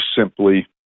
simply